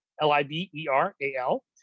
L-I-B-E-R-A-L